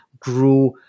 Grew